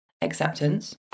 Acceptance